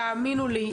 תאמינו לי,